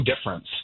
difference